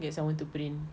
get someone to print